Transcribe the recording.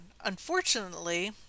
Unfortunately